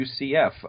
UCF